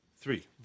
three